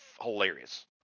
hilarious